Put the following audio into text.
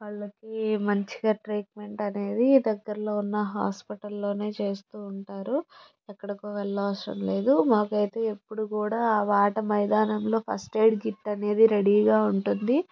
వాళ్ళకి మంచిగా ట్రీట్మెంట్ అనేది దగ్గర్లో ఉన్న హాస్పిటల్లోనే చేస్తూ ఉంటారు ఎక్కడకో వెళ్ళనవసరం లేదు మాకయితే ఎప్పుడు కూడా ఆట మైదానంలో ఫస్ట్ ఎయిడ్ కిట్ అనేది రెడీగా ఉంటుంది